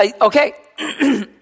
okay